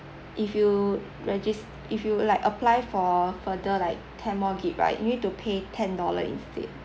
if you regis~ if you like apply for further like ten more gig~ right you need to pay ten dollars instead